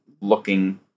looking